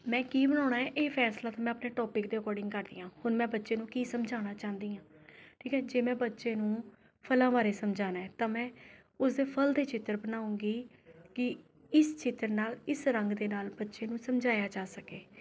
ਮੈਂ ਕੀ ਬਣਾਉਣਾ ਹੈ ਇਹ ਫ਼ੈਸਲਾ ਤਾਂ ਮੈਂ ਆਪਣੇ ਟੋਪਿਕ ਦੇ ਅਕੋਰਡਿੰਗ ਕਰਦੀ ਹਾਂ ਹੁਣ ਮੈਂ ਬੱਚੇ ਨੂੰ ਕੀ ਸਮਝਾਉਣਾ ਚਾਹੁੰਦੀ ਹਾਂ ਠੀਕ ਹੈ ਜੇ ਮੈਂ ਬੱਚੇ ਨੂੰ ਫ਼ਲਾਂ ਬਾਰੇ ਸਮਝਾਣਾ ਹੈ ਤਾਂ ਮੈਂ ਉਸਦੇ ਫ਼ਲ ਦੇ ਚਿੱਤਰ ਬਣਾਉਂਗੀ ਕਿ ਇਸ ਚਿੱਤਰ ਦੇ ਨਾਲ ਇਸ ਰੰਗ ਦੇ ਨਾਲ ਬੱਚੇ ਨੂੰ ਸਮਝਾਇਆ ਜਾ ਸਕੇ